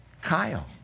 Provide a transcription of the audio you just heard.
Kyle